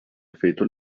efeito